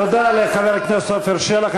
תודה לחבר הכנסת עפר שלח.